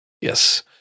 Yes